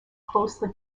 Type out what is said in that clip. closely